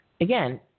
Again